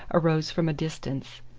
arose from a distance.